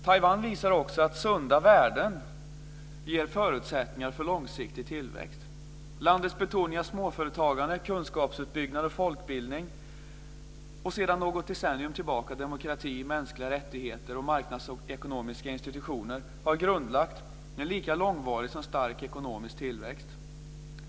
Taiwan visar också att sunda värden ger förutsättningar för långsiktig tillväxt. Landets betoning på småföretagande, kunskapsuppbyggnad och folkbildning, och sedan något decennium tillbaka demokrati, mänskliga rättigheter och marknadsekonomiska institutioner har grundlagt en lika långvarig som stark ekonomisk tillväxt.